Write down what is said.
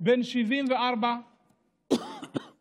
בן 74 ברמלה.